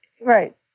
right